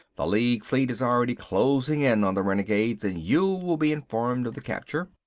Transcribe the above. the league fleet is already closing in on the renegades and you will be informed of the capture.